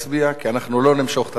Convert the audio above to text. כי אנחנו לא נמשוך את הזמן.